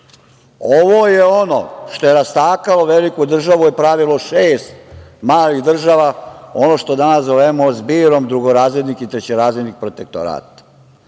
Ovo je ono što je rastakalo veliku državu i pravilo šest malih država, ono što danas zovemo zbirom drugorazrednih i trećerazrednih protektorata. Svakako